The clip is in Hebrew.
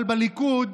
אבל בליכוד